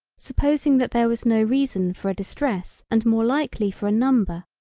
supposing that there was no reason for a distress and more likely for a number,